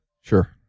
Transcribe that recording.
sure